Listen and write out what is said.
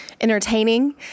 entertaining